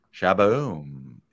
Shaboom